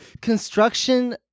Construction